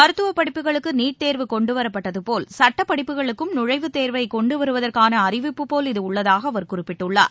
மருத்துவப் படிப்புகளுக்கு நீட் தேர்வு கொண்டுவரப்பட்டது போல் சுட்டப் படிப்புகளுக்கும் நுழைவுத் தேர்வை கொண்டுவருவதற்கான அறிவிப்பு போல் இது உள்ளதாக அவர் குறிப்பிட்டுள்ளார்